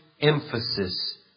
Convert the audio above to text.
emphasis